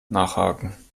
nachhaken